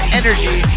energy